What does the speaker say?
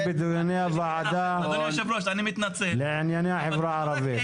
בדיוני הוועדה לענייני החברה הערבית.